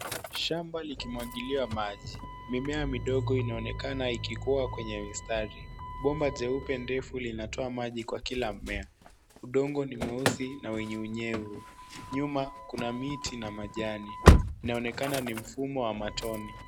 Shamba likimwagiliwa maji. Mimea midogo inaonekana ikikua kwenye mistari. Bomba jeupe ndefu linatoa maji kwa kila mmea. Udongo ni mweusi na wenye unyevu. Nyuma kuna miti na majani. Inaonekana ni mfumo wamatone.